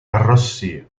arrossì